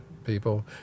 people